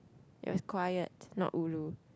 it was quiet not ulu